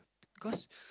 cause